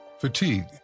fatigue